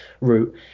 route